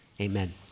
amen